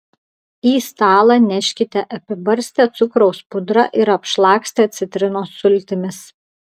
į stalą neškite apibarstę cukraus pudrą ir apšlakstę citrinos sultimis